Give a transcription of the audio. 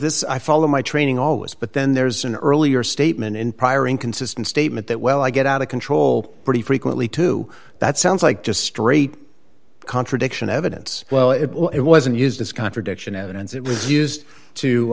this i follow my training always but then there's an earlier statement in prior inconsistent statement that well i get out of control pretty frequently too that sounds like just straight contradiction evidence well it wasn't used as contradiction evidence it was used to